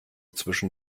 zwischen